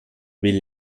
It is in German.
will